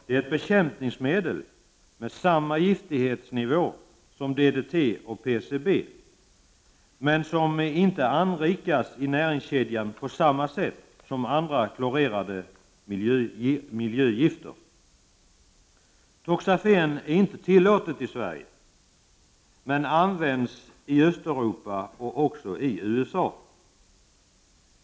Det är ett bekämpningsmedel med samma giftighetsnivå som DDT och PCB men som inte anrikas i näringskedjan på samma sätt som andra klorerade miljögifter. Toxafen är inte tillåtet i Sverige men används i Östeuropa och också i USA.